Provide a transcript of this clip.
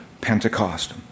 Pentecost